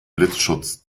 blitzschutz